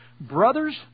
brothers